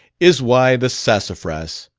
is why the sassafras